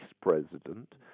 president